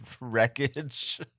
wreckage